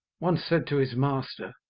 once said to his master,